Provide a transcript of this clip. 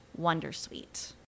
Wondersuite